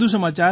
વધુ સમાચાર